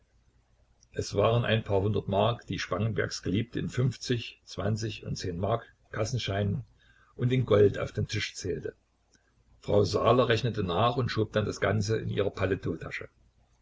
es waren ein paar hundert mark die spangenbergs geliebte in fünfzig zwanzig und zehnmark kassenscheinen und in gold auf den tisch zählte frau saaler rechnete nach und schob dann das ganze in ihre